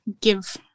give